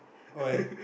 why